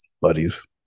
Buddies